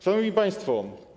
Szanowni Państwo!